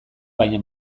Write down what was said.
baina